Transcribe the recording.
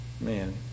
Man